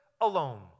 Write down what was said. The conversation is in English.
alone